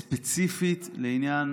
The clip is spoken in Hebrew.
ספציפית לעניין